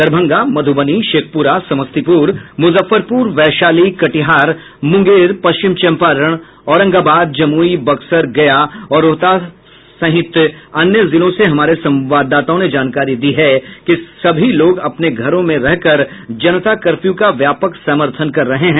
दरभंगा मधुबनी शेखपुरा समस्तीपुर मूजफ्फरपूर वैशाली कटिहार मूंगेर पश्चिम चम्पारण औरंगाबाद जमूई बक्सर गया और रोहतास सहित अन्य जिलों से हमारे संवाददाताओं ने जानकारी दी है कि सभी लोग अपने घरों में रह कर जनता कर्फ्यू का व्यापक समर्थन कर रहे हैं